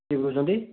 କିଏ କହୁଛନ୍ତି